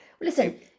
Listen